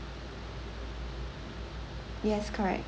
yes correct